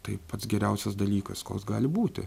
tai pats geriausias dalykas koks gali būti